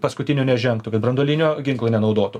paskutinio nežengtų kad branduolinio ginklo nenaudotų